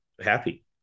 happy